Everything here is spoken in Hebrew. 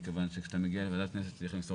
מכיוון שכשאתה מגיע לוועדת הכנסת וצריך למסור